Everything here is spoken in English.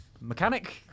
Mechanic